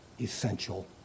essential